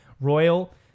Royal